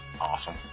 Awesome